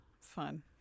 fun